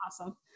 awesome